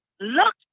look